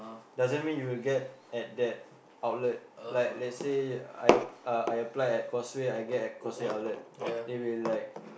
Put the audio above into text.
doesn't mean you will get at that outlet like let's say I apply at Causeway I get at Causeway outlet they will like